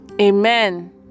amen